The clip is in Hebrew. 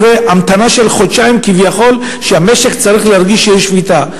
אחרי המתנה של חודשיים כביכול שהמשק צריך להרגיש שיש שביתה.